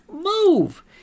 move